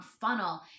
funnel